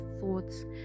thoughts